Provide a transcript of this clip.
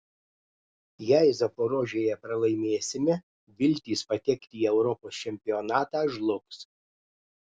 jei zaporožėje pralaimėsime viltys patekti į europos čempionatą žlugs